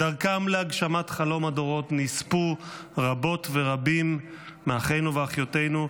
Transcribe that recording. בדרכם להגשמת חלום הדורות נספו רבות ורבים מאחינו ומאחיותינו,